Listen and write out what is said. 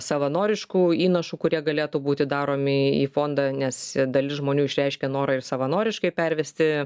savanoriškų įnašų kurie galėtų būti daromi į fondą nes dalis žmonių išreiškė norą ir savanoriškai pervesti